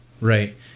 right